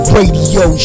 Radio